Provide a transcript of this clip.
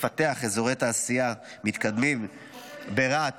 לפתח אזורי תעשייה מתקדמים ברהט